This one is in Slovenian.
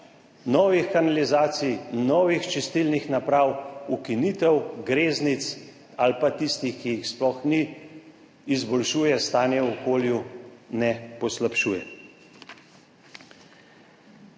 novih kanalizacij, novih čistilnih naprav, ukinitev greznic ali pa tistih, ki jih sploh ni, izboljšuje stanje v okolju, ne poslabšuje.